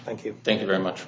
thank you thank you very much